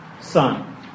Son